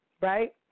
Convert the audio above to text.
right